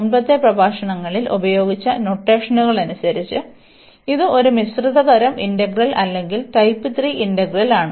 മുമ്പത്തെ പ്രഭാഷണങ്ങളിൽ ഉപയോഗിച്ച നൊട്ടേഷനുകൾ അനുസരിച്ച് ഇത് ഒരു മിശ്രിത തരം ഇന്റഗ്രൽ അല്ലെങ്കിൽ ടൈപ്പ് 3 ഇന്റഗ്രലുകൾ ആണ്